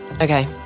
okay